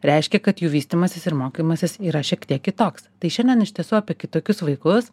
reiškia kad jų vystymasis ir mokymasis yra šiek tiek kitoks tai šiandien iš tiesų apie kitokius vaikus